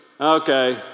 okay